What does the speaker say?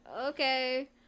okay